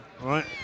Right